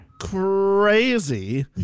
Crazy